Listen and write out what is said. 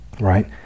right